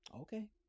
okay